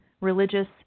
religious